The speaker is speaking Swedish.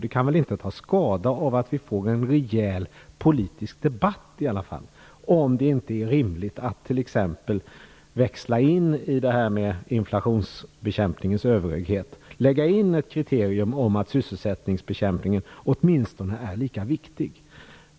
Det kan väl inte vara till skada att vi får en rejäl politisk debatt i alla fall, om det är rimligt att t.ex. växla in i inflationsbekämpningens överhöghet, att vi lägger in ett kriterium om att arbetslöshetsbekämpningen åtminstone är lika viktig.